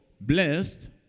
blessed